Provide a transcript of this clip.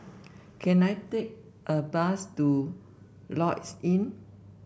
can I take a bus to Lloyds Inn